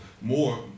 more